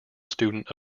student